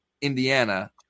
Indiana